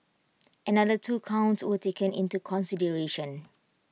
another two counts were taken into consideration